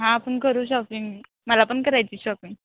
हां आपण करू शॉपिंग मला पण करायची शॉपिंग